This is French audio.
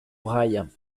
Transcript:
braille